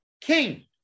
king